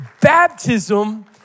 baptism